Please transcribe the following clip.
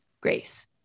Grace